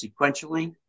sequentially